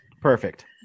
Perfect